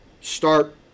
start